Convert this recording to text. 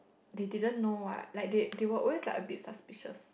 they didn't know what like they they would always like be a suspicious